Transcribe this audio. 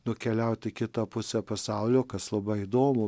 nukeliaut į kitą pusę pasaulio kas labai įdomu